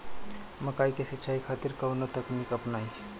मकई के सिंचाई खातिर कवन तकनीक अपनाई?